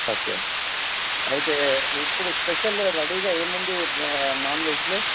okay అయితే ఇప్పుడు special రెడీగా ఏం ఉంది బాగా నాన్వెజ్లో